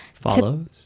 Follows